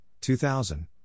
2000